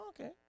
Okay